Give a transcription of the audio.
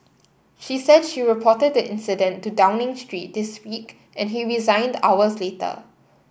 she said she reported the incident to Downing Street this week and he resigned hours later